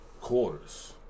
quarters